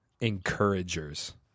encouragers